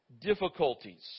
difficulties